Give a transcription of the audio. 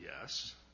Yes